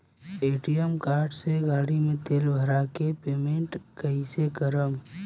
ATM card से गाड़ी मे तेल भरवा के पेमेंट कैसे करेम?